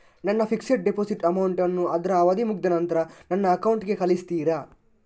ನನ್ನ fixed deposit amount ಅನ್ನು ಅದ್ರ ಅವಧಿ ಮುಗ್ದ ನಂತ್ರ ನನ್ನ ಅಕೌಂಟ್ ಗೆ ಕಳಿಸ್ತೀರಾ?